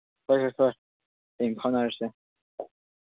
ꯍꯣꯏ ꯍꯣꯏ ꯍꯣꯏ ꯍꯌꯦꯡ ꯐꯥꯎꯅꯔꯁꯦ